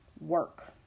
work